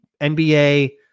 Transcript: NBA